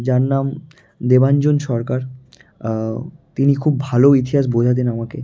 যার নাম দেবাঞ্জন সরকার তিনি খুব ভালো ইতিহাস বোঝাতেন আমাকে